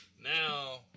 Now